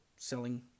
selling